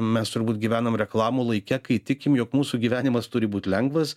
mes turbūt gyvenam reklamų laike kai tikim jog mūsų gyvenimas turi būt lengvas